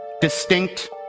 distinct